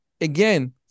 again